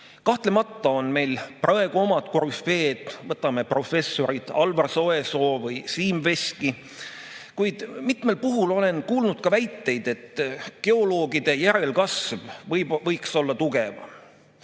Kahtlemata on meil praegu oma korüfeed, näiteks professorid Alvar Soesoo või Siim Veski. Kuid mitmel puhul olen kuulnud ka väiteid, et geoloogide järelkasv võiks olla tugevam.